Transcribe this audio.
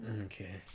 Okay